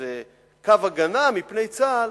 איזה קו הגנה מפני צה"ל.